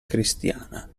cristiana